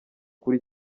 kuri